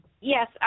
Yes